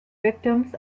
victims